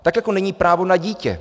Tak jako není právo na dítě.